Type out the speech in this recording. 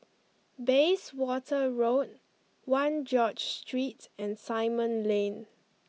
Bayswater Road One George Street and Simon Lane